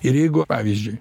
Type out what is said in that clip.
ir jeigu pavyzdžiui